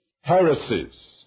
heresies